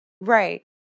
Right